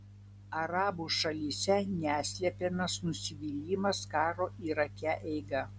arabų šalyse neslepiamas nusivylimas karo irake eiga